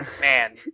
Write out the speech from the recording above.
Man